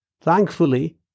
Thankfully